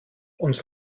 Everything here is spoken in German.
uns